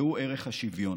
והוא ערך השוויון.